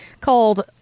called